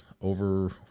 over